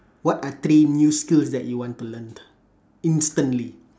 what are three new skills that you want to learn instantly